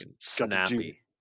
snappy